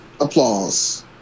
applause